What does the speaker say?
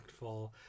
impactful